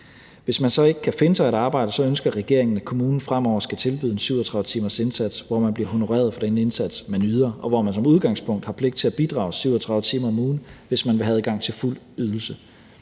Hvis man så ikke kan finde sig et arbejde, ønsker regeringen, at kommunen fremover skal tilbyde en 37-timersindsats, hvor man bliver honoreret for den indsats, man yder, og hvor man som udgangspunkt har pligt til at bidrage 37 timer om ugen, hvis man vil have adgang til fuld ydelse.